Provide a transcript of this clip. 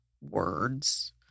Words